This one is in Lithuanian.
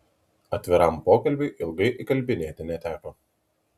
atviram pokalbiui ilgai įkalbinėti neteko